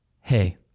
hey